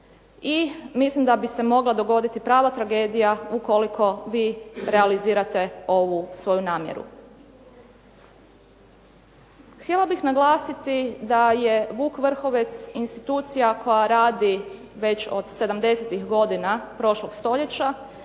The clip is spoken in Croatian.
i mislim da bi se mogla dogoditi prava tragedija ukoliko vi realizirate ovu svoju namjeru. Htjela bih naglasiti da je "Vuk Vrhovec" institucija koja radi već od 70-ih godina prošlog stoljeća